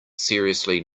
seriously